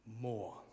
more